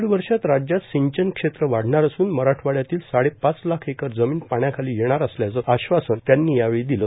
दीड वर्षात राज्यात सिंचन क्षेत्र वाढणार असून मराठवाड्यातील साडेपाच लाख एकर जमीन पाण्याखाली येणार असल्याचं आश्वासनं त्यांनी यावेळी दिलं